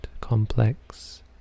complex